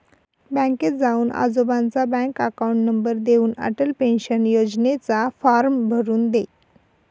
बँकेत जाऊन आजोबांचा बँक अकाउंट नंबर देऊन, अटल पेन्शन योजनेचा फॉर्म भरून दे